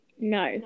No